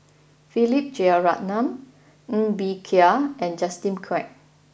Philip Jeyaretnam Ng Bee Kia and Justin Quek